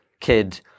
kid